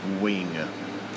wing